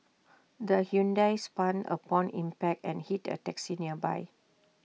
the Hyundai spun upon impact and hit A taxi nearby